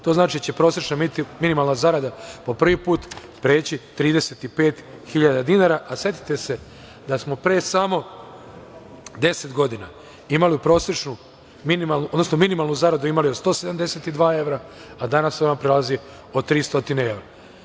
To znači da će prosečna minimalna zarada po prvi put preći 35.000 dinara, a setite se da smo pre samo 10 godina minimalnu zaradu imali od 172 evra, a danas ona prelazi od 300 evra.